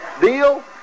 Deal